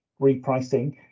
repricing